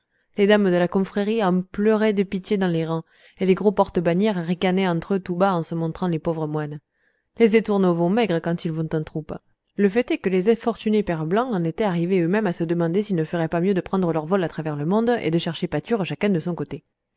les dames de la confrérie en pleuraient de pitié dans les rangs et les gros porte bannière ricanaient entre eux tout bas en se montrant les pauvres moines les étourneaux vont maigres quand ils vont en troupe le fait est que les infortunés pères blancs en étaient arrivés eux-mêmes à se demander s'ils ne feraient pas mieux de prendre leur vol à travers le monde et de chercher pâture chacun de son côté